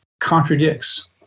contradicts